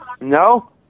No